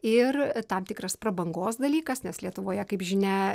ir tam tikras prabangos dalykas nes lietuvoje kaip žinia